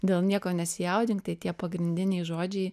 dėl nieko nesijaudink tai tie pagrindiniai žodžiai